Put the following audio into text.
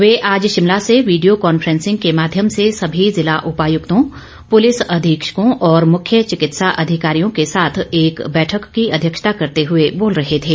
वे आज शिमला से video conferencing के माध्यम से सभी ज़िला उपायुक्तों पुलिस अधीक्षकों और मुख्य चिकित्सा अधिकारियों के साथ एक बैठक की अध्यक्षता करते हुए बोल रहे थे